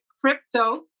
crypto